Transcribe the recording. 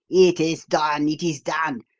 it is done! it is done!